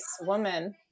woman